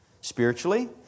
spiritually